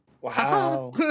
Wow